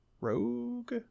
Rogue